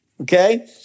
okay